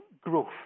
growth